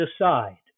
aside